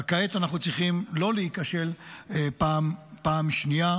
אבל כעת אנחנו צריכים לא להיכשל פעם שנייה.